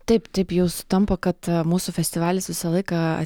taip taip jau sutampa kad mūsų festivalis visą laiką